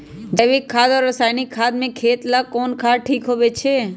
जैविक खाद और रासायनिक खाद में खेत ला कौन खाद ठीक होवैछे?